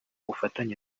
bufatanye